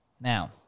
Now